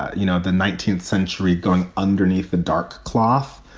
you know, the nineteenth century going underneath the dark cloth,